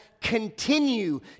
continue